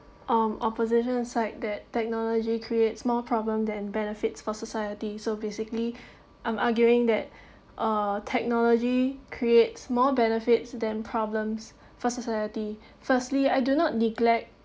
um opposition on side that technology creates more problem than benefits for society so basically I'm arguing that uh technology creates more benefits than problems for society firstly I do not neglect